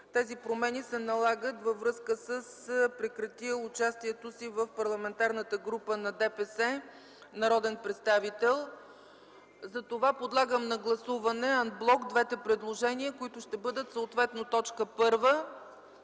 тези промени се налагат във връзка с прекратил участието си в Парламентарната група на ДПС народен представител. Затова подлагам на гласуване ан блок двете предложения, които ще бъдат съответно точка първа